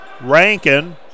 Rankin